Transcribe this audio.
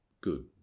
good